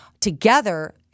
Together